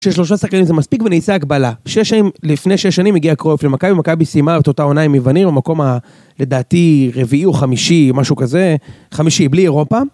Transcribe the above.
כששלושה שחקנים זה מספיק ונעשה הקבלה. שש שנים, לפני שש שנים הגיע קרוב למכבי מכבי סיימה אותה עונה עם יוונים, במקום הלדעתי רביעי או חמישי, משהו כזה, חמישי, בלי אירופה.